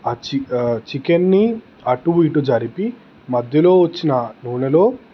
ఆ చికెన్ ఆ చికెన్ని అటూ ఇటూ జరిపి మధ్యలో వచ్చిన నూనెలో